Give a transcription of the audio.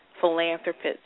philanthropists